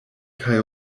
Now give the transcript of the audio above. kaj